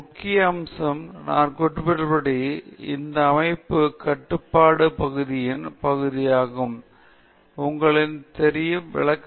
மற்ற முக்கிய அம்சம் நான் குறிப்பிட்டுள்ளபடி இது அமைக்கும் கட்டுப்பாட்டு பகுதியின் பகுதியாகும் உங்களுக்கு தெரியும் விளக்கக்காட்சியை உருவாக்கும் கால இடைவெளியே ஆகும்